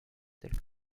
tel